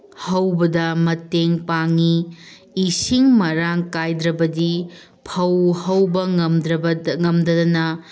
ꯍꯧꯕꯗ ꯃꯇꯦꯡ ꯄꯥꯡꯉꯤ ꯏꯁꯤꯡ ꯃꯔꯥꯡ ꯀꯥꯏꯗ꯭ꯔꯕꯗꯤ ꯐꯧ ꯍꯧꯕ ꯉꯝꯗꯗꯅ